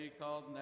called